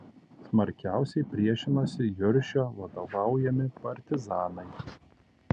smarkiausiai priešinosi juršio vadovaujami partizanai